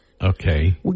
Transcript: Okay